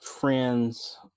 friends